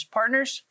partners